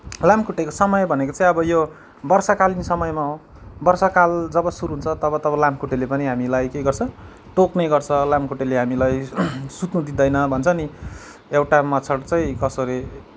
लामखुट्टेको समय भनेको चाहिँ अब यो वर्षाकालीन समयमा हो वर्षाकाल जब सुरु हुन्छ तब तब लामखुट्टेले पनि हामीलाई के गर्छ टोक्ने गर्छ लामखुट्टेले हामीलाई सुत्नु दिँदैन भन्छ नि एउटा मच्छर चाहिँ कसो अरे